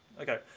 Okay